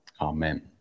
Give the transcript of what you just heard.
Amen